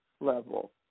level